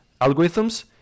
algorithms